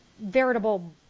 veritable